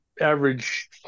average